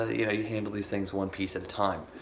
ah you know you handle these things one piece at a time.